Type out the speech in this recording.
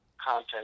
content